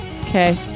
Okay